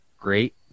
great